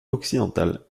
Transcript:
occidentale